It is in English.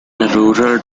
rural